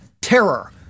terror